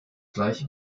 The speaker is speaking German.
gleiche